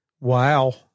Wow